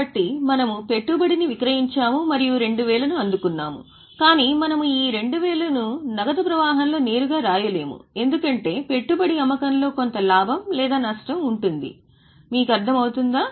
కాబట్టి మనము పెట్టుబడిని విక్రయించాము మరియు 2000 ను అందుకున్నాము కాని మనము ఈ 2000 ను నగదు ప్రవాహంలో నేరుగా వ్రాయలేము ఎందుకంటే పెట్టుబడి అమ్మకంలో కొంత లాభం లేదా నష్టం ఉంటుంది మీకు అర్థమవుతుందా